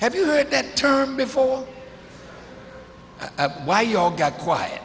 have you heard that term before why you all got quiet